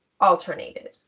alternated